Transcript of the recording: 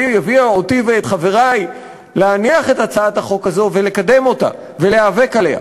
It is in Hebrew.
והיא הביאה אותי ואת חברי להניח את הצעת החוק ולקדם אותה ולהיאבק עליה.